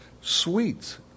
sweets